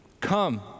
Come